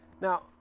Now